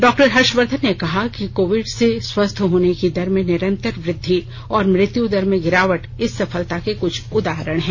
doctor Harshvardhan ने कहा कि कोविड से स्वस्थ होने की दर में निरंतर वृद्दि और मृत्युदर में गिरावट इस सफलता के कुछ उदाहरण हैं